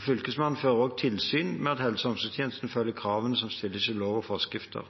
Fylkesmannen fører også tilsyn med at helse- og omsorgstjenesten følger kravene som stilles i lov og forskrifter.